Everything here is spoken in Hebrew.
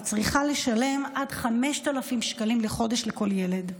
והיא צריכה לשלם עד 5,000 שקלים לחודש לכל ילד.